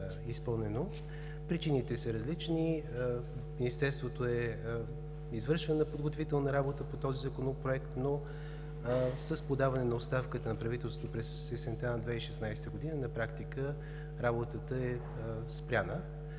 Причините са различни. В Министерството е извършвана подготвителна работа по този Законопроект, но с подаване на оставката на правителството през есента на 2016 г. на практика работата е спряла.